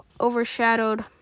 overshadowed